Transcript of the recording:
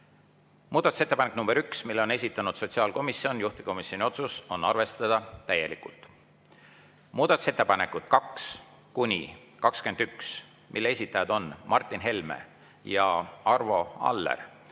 Muudatusettepanek nr 1, mille on esitanud sotsiaalkomisjon, juhtivkomisjoni otsus on arvestada täielikult. Muudatusettepanekud 2–21, mille esitajad on Martin Helme ja Arvo Aller,